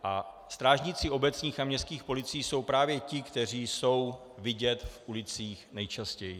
A strážníci obecních a městských policií jsou právě ti, kteří jsou vidět v ulicích nejčastěji.